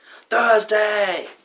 Thursday